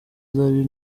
zari